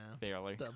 Barely